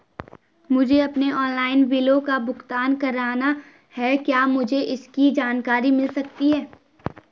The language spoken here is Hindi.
मुझे अपने ऑनलाइन बिलों का भुगतान करना है क्या मुझे इसकी जानकारी मिल सकती है?